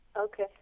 Okay